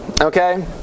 Okay